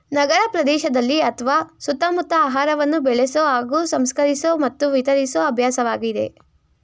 ನಗರಪ್ರದೇಶದಲ್ಲಿ ಅತ್ವ ಸುತ್ತಮುತ್ತ ಆಹಾರವನ್ನು ಬೆಳೆಸೊ ಹಾಗೂ ಸಂಸ್ಕರಿಸೊ ಮತ್ತು ವಿತರಿಸೊ ಅಭ್ಯಾಸವಾಗಿದೆ